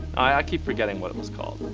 i i keep forgetting what it was called.